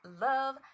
love